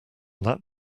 that